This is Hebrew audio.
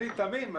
אני תמים?